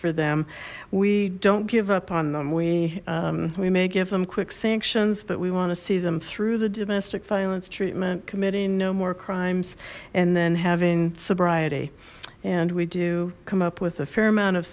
for them we don't give up on them we we may give them quick sanctions but we want to see them through the domestic violence treatment committing no more crimes and then having sobriety and we do come up with a fair amount of